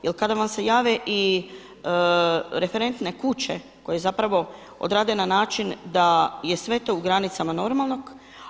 Jer kada vam se jave referentne kuće koje zapravo odrade na način da je sve to u granicama normalnog.